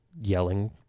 yelling